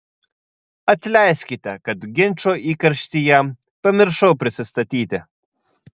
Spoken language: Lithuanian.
atleiskite kad ginčo įkarštyje pamiršau prisistatyti